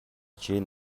чейин